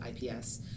IPS